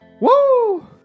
Woo